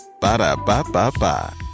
Ba-da-ba-ba-ba